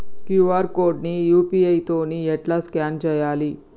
QR code ని UPI తోని ఎట్లా స్కాన్ చేయాలి?